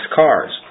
cars